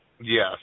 Yes